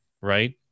right